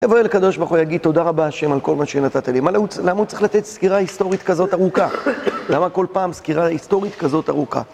יבוא אל הקדוש ברוך הוא יהגיד תודה רבה ה' על כל מה שנתת לי, למה הוא צריך לתת סקירה היסטורית כזאת ארוכה, למה כל פעם סקירה היסטורית כזאת ארוכה?